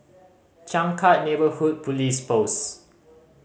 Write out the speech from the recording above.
Changkat Neighbourhood Police Post